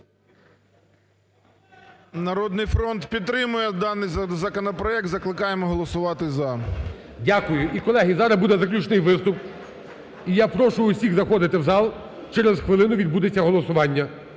"Народний фронт" підтримує даний законопроект, закликаємо голосувати "за". ГОЛОВУЮЧИЙ. Дякую. І, колеги, зараз буде заключний виступ. І я прошу всіх заходити в зал, через хвилину відбудеться голосування.